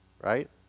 right